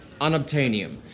unobtainium